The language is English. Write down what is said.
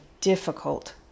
difficult